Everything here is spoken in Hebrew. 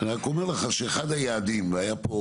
אם אני הבנתי נכון, אין לו ויכוח לגבי ההחלטה לגבי